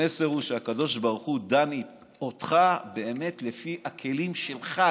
המסר הוא שהקדוש ברוך הוא דן אותך באמת לפי הכלים שלך,